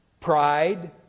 Pride